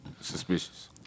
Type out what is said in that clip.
suspicious